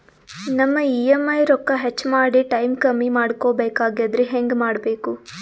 ನಮ್ಮ ಇ.ಎಂ.ಐ ರೊಕ್ಕ ಹೆಚ್ಚ ಮಾಡಿ ಟೈಮ್ ಕಮ್ಮಿ ಮಾಡಿಕೊ ಬೆಕಾಗ್ಯದ್ರಿ ಹೆಂಗ ಮಾಡಬೇಕು?